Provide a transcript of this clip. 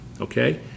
Okay